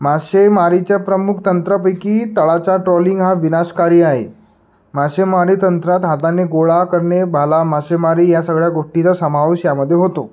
मासेमारीच्या प्रमुख तंत्रापैकी तळाचा ट्रॉलिंग हा विनाशकारी आहे मासेमारी तंत्रात हाताने गोळा करणे भाला मासेमारी ह्या सगळ्या गोष्टीचा समावेश यामध्ये होतो